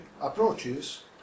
approaches